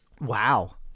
Wow